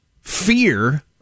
fear